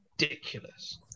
ridiculous